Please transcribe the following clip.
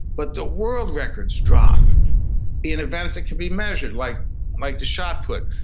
but the world records drop in events that can be measured, like like the shot put,